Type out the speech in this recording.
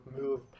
move